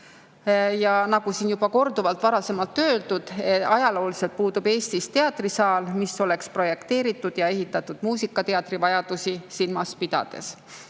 Ja nagu siin varem juba korduvalt öeldud, ajalooliselt puudub Eestis teatrisaal, mis oleks projekteeritud ja ehitatud muusikateatri vajadusi silmas pidades.